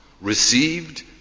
received